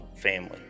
family